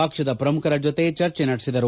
ಪಕ್ಷದ ಪ್ರಮುಖರ ಜೊತೆ ಚರ್ಜೆ ನಡೆಸಿದರು